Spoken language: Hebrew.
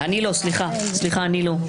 הצבעה מס' 2